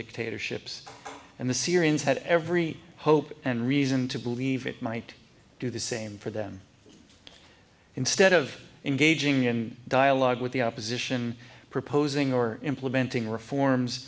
dictatorships and the syrians had every hope and reason to believe it might do the same for them instead of engaging in dialogue with the opposition proposing or implementing reforms